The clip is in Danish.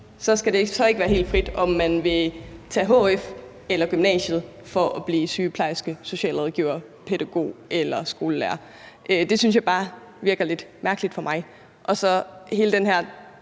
skal det så ikke være helt frit, om man vil tage en hf eller gå på gymnasiet for at blive sygeplejerske, socialrådgiver, pædagog eller skolelærer. Det virker lidt mærkeligt for mig. Og med hensyn